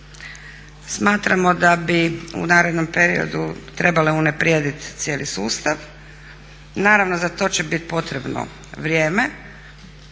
Smatramo da bi u narednom periodu trebale unaprijediti cijeli sustav. Naravno za to će bit potrebno vrijeme,